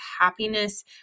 happiness